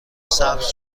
سبز